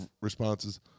responses